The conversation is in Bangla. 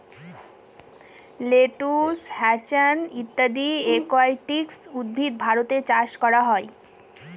লেটুস, হ্যাছান্থ ইত্যাদি একুয়াটিক উদ্ভিদ ভারতে চাষ করা হয়